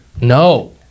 No